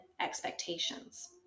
expectations